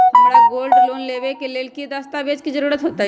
हमरा gold loan लेबे के लेल कि कि दस्ताबेज के जरूरत होयेत?